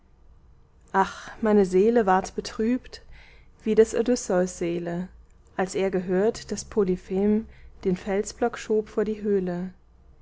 ach meine seele ward betrübt wie des odysseus seele als er gehört daß polyphem den felsblock schob vor die höhle